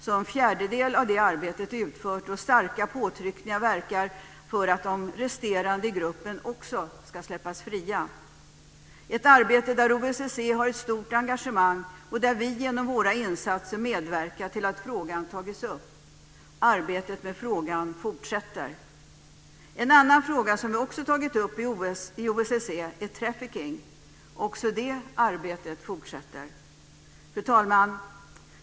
Så en fjärdedel av det arbetet är utfört, och starka påtryckningar verkar för att de resterande i gruppen också ska släppas fria. Det är ett arbete där OSSE har ett stort engagemang och där vi genom våra insatser medverkat till att frågat tagits upp. Arbetet med frågan fortsätter. En annan fråga som vi också tagit upp i OSSE är trafficking. Det arbetet fortsätter också. Fru talman!